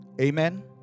Amen